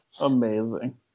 Amazing